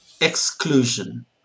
exclusion